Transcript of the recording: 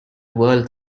world